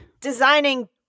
designing